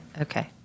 Okay